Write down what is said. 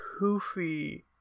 poofy